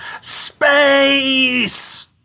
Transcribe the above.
SPACE